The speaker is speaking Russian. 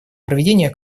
проведение